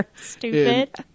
stupid